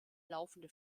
laufende